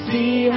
See